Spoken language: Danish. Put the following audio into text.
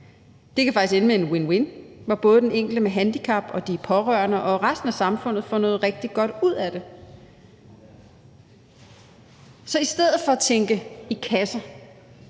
faktisk ende med en win-win-situation, hvor både den enkelte med handicap, de pårørende og resten af samfundet får noget rigtig godt ud af det. Så i stedet for at tænke i kasser